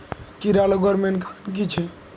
कीड़ा लगवार मेन कारण की छे?